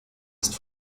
ist